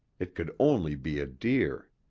it could only be a deer.